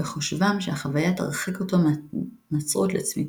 בחושבם שהחוויה תרחיק אותו מהנצרות לצמיתות.